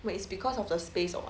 but is because of the space or what